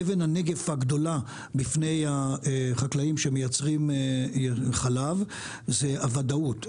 אבן הנגף הגדולה בפני החקלאים שמייצרים חלב זה הוודאות.